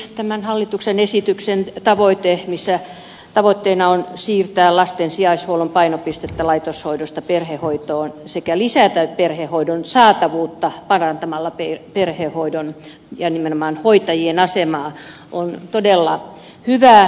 tämän hallituksen esityksen tavoite missä tavoitteena on siirtää lasten sijaishuollon painopistettä laitoshoidosta perhehoitoon sekä lisätä perhehoidon saatavuutta parantamalla perhehoidon ja nimenomaan hoitajien asemaa on todella hyvä